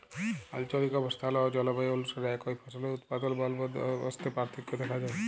আলচলিক অবস্থাল অ জলবায়ু অলুসারে একই ফসলের উৎপাদল বলদবস্তে পার্থক্য দ্যাখা যায়